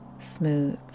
smooth